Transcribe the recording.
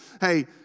hey